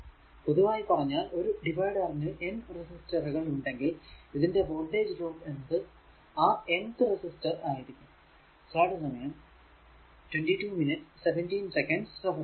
പൊതുവായി പറഞ്ഞാൽ ഒരു ഡിവൈഡറിന് N റെസിസ്റ്ററുകൾ ഉണ്ടെങ്കിൽ ഇതിന്റെ വോൾടേജ് ഡ്രോപ്പ് എന്നത് ആ n th റെസിസ്റ്ററിനു ആയിരിക്കും